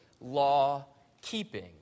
law-keeping